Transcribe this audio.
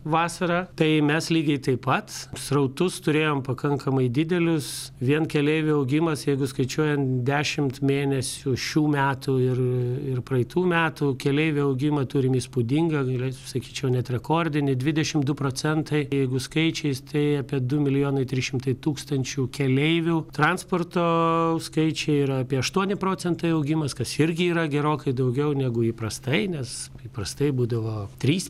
vasara tai mes lygiai taip pat srautus turėjom pakankamai didelius vien keleivių augimas jeigu skaičiuojant dešimt mėnesių šių metų ir ir praeitų metų keleivių augimą turime įspūdingą sakyčiau net rekordinį dvidešimt du procentai jeigu skaičiais tai apie du milijonai trys šimtai tūkstančių keleivių transporto skaičiai yra apie aštuoni procentai augimas kas irgi yra gerokai daugiau negu įprastai nes įprastai būdavo trys